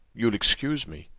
you'll excuse me.